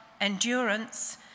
endurance